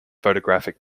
photographic